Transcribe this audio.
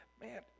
man